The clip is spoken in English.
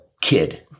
kid